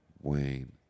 Wayne